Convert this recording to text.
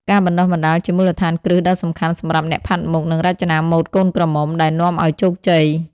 ការបណ្តុះបណ្តាលជាមូលដ្ឋានគ្រឹះដ៏សំខាន់សម្រាប់អ្នកផាត់មុខ និងរចនាម៉ូដកូនក្រមុំ ដែលនាំឲ្យជោគជ័យ។